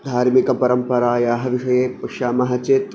धार्मिकपरम्परायाः विषये पश्यामः चेत्